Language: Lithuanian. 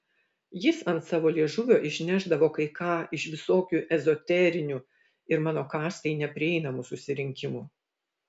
jis ant savo liežuvio išnešdavo kai ką iš visokių ezoterinių ir mano kastai neprieinamų susirinkimų